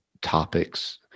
topics